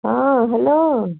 ହଁ ହ୍ୟାଲୋ